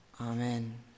amen